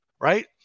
right